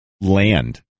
land